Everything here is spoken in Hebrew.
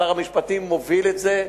שר המשפטים מוביל את זה,